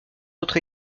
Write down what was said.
autre